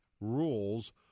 rules